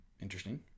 interesting